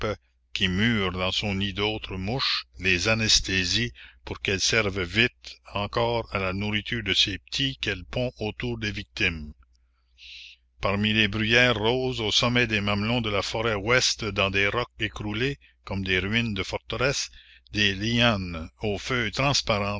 qui mure dans son nid d'autres mouches les anesthésie pour qu'elles servent vite encore à la nourriture de ses petits qu'elle pond autour des victimes la commune parmi les bruyères roses au sommet des mamelons de la forêt ouest dans des rocs écroulés comme des ruines de forteresse des lianes aux feuilles transparentes